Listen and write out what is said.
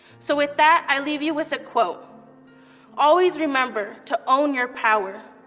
so with that, i leave you with a quote always remember to own your power,